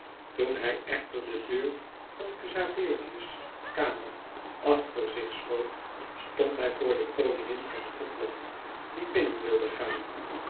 toen hij echter de deur van xaverius kamer achter zich sloot stond hij voor de koningin van gothland die binnen wilde gaan